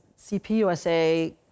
CPUSA